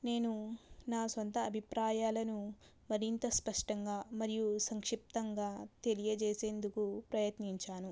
నేను నా సొంత అభిప్రాయాలను మరింత స్పష్టంగా మరియు సంక్షిప్తంగా తెలియజేసేందుకు ప్రయత్నించాను